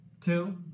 two